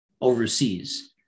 overseas